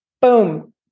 Boom